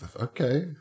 Okay